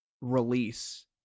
release